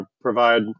provide